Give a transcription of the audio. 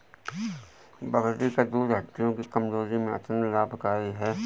बकरी का दूध हड्डियों की कमजोरी में अत्यंत लाभकारी है